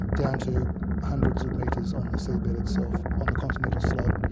down to hundreds of metres on the seabed itself, on the continental slope.